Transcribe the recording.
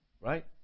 right